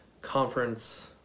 conference